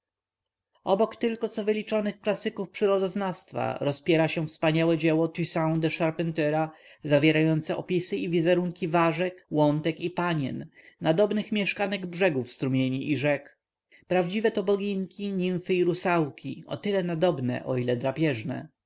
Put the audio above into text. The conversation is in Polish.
obok tylko co wyliczonych klasyków przyrodoznawstwa rozpiera się wspaniałe dzieło toussaint de charpentiera zawierające opisy i wizerunki ważek łątek i panien nadobnych mieszkanek brzegów strumieni i rzek prawdziwe to bogunkiboginki nimfy i rusałki o tyle nadobne o ile drapieżne